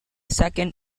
second